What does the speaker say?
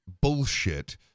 bullshit